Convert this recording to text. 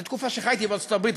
זו תקופה שחייתי בארצות-הברית,